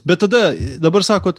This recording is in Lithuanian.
bet tada dabar sakot